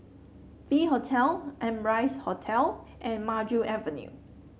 V Hotel Amrise Hotel and Maju Avenue